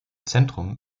zentrum